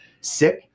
sick